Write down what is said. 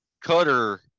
Cutter